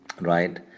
right